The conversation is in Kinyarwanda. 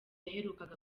yaherukaga